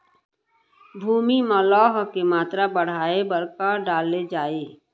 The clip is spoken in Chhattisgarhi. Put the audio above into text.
भूमि मा लौह के मात्रा बढ़ाये बर का डाले जाये?